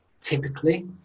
Typically